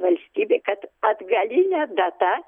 valstybė kad atgaline data